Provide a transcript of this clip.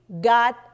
God